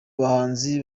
bahanzi